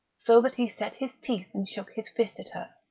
so that he set his teeth and shook his fist at her,